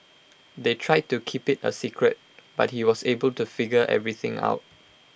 they tried to keep IT A secret but he was able to figure everything out